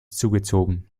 zugezogen